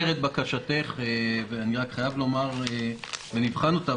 אני כמובן אעביר את בקשתך ונבחן אותה.